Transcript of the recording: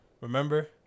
Remember